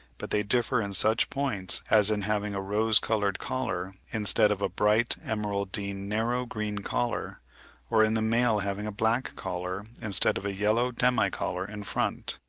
but they differ in such points, as in having a rose-coloured collar instead of a bright emeraldine narrow green collar or in the male having a black collar instead of a yellow demi-collar in front,